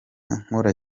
nkora